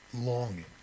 longing